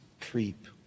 creep